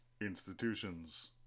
Institutions